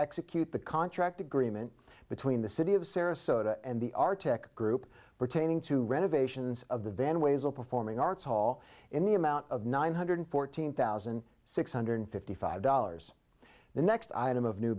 execute the contract agreement between the city of sarasota and the arctic group pertaining to renovations of the van ways of performing arts hall in the amount of nine hundred fourteen thousand six hundred fifty five dollars the next item of new